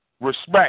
respect